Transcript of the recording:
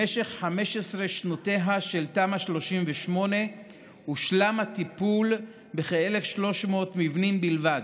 במשך 15 שנותיה של תמ"א 38 הושלם הטיפול בכ-1,300 מבנים בלבד,